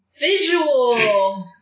visual